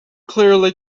clearly